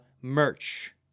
merch